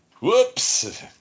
Whoops